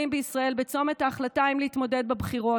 בישראל בצומת ההחלטה אם להתמודד בבחירות,